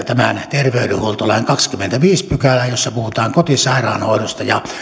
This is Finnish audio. terveydenhuoltolain kahdenteenkymmenenteenviidenteen pykälään jossa puhutaan kotisairaanhoidosta ja